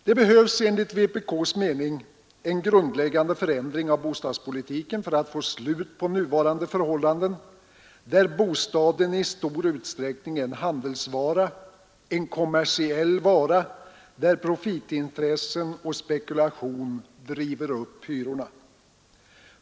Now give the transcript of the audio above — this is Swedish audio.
Det behövs enligt vpk :s mening en grundläggande förändring av bostadspolitiken för att få slut på nuvarande förhållanden, där bostaden i stor utsträckning är en handelsvara, en kommersiell vara, och där profitintressen och spekulation driver upp hyrorna.